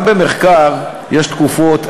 גם במחקר יש תקופות,